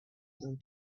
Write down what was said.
able